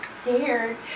scared